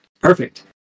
Perfect